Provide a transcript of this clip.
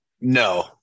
No